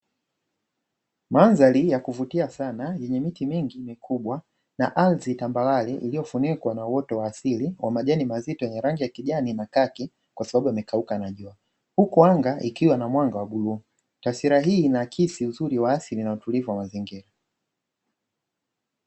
Mandhari ya kuvutia sana yenye miti mengi mikubwa, na ardhi tambarare iliyofunikwa na uoto wa asili wa majani mazito ya rangi ya kijani na kaki kwa sababu yamekauka na jua, huku anga ikiwa na mwanga wa bluu taswira hii inaakisi uzuri wa asili na utulivu wa mazingira.